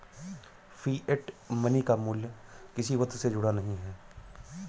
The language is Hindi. फिएट मनी का मूल्य किसी वस्तु से जुड़ा नहीं है